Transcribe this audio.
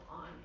on